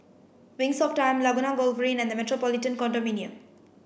wings of Time Laguna Golf Green and the Metropolitan Condominium